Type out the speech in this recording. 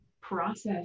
process